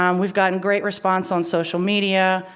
um we've gotten great response on social media,